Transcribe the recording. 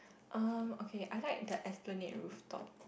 uh okay I like the Esplanade rooftop